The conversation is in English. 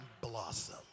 blossom